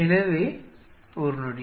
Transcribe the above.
எனவே ஒரு நொடி